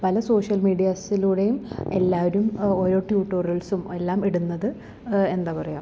പല സോഷ്യൽ മീഡിയാസിലൂടെയും എല്ലാവരും ഓരോ ട്യൂട്ടോറിയൽസും എല്ലാം ഇടുന്നത് എന്താ പറയാ